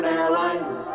Airlines